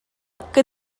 que